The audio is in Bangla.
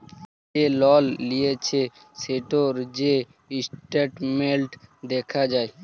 যে লল লিঁয়েছে সেটর যে ইসট্যাটমেল্ট দ্যাখা যায়